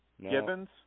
Gibbons